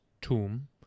tomb